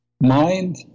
mind